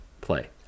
play